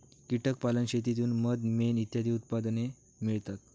कीटक पालन शेतीतून मध, मेण इत्यादी उत्पादने मिळतात